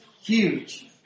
huge